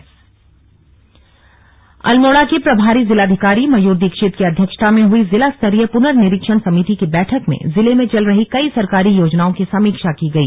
slug बैठक अल्मोड़ा अल्मोड़ा के प्रभारी जिलाधिकारी मयूर दीक्षित की अध्यक्षता में हुई जिला स्तरीय पुनर्निरीक्षण समिति की बैठक में जिले में चल रही कई सरकारी योजनाओं की समीक्षा की गई